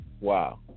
Wow